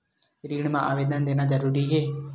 ऋण मा आवेदन देना जरूरी हे?